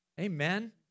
Amen